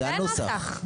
זה הנוסח.